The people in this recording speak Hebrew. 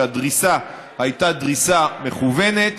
שהדריסה הייתה דריסה מכוונת,